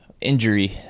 injury